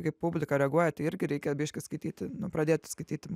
kaip publika reaguoja tai irgi reikia biškį skaityti pradėti skaityti